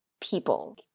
people